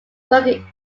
spoken